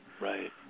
right